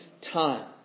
time